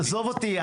עזוב אותי,